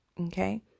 okay